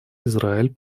израиль